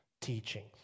teaching